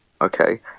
Okay